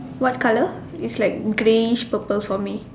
what colour is like greyish purple for me